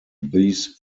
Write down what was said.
these